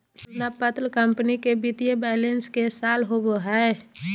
तुलना पत्र कंपनी के वित्तीय बैलेंस के सार होबो हइ